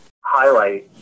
highlight